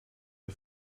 der